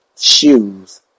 shoes